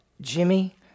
Jimmy